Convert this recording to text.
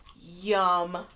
Yum